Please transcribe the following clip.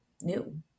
new